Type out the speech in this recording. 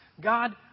God